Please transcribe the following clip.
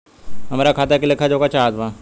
हमरा खाता के लेख जोखा चाहत बा?